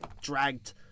dragged